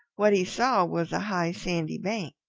what he saw was a high sandy bank.